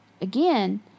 again